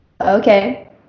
okay